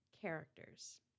characters